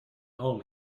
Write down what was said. oom